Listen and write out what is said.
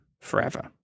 forever